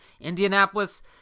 Indianapolis –